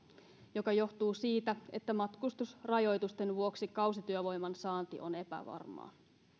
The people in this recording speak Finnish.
joka johtuu siitä että matkustusrajoitusten vuoksi kausityövoiman saanti on epävarmaa